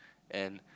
and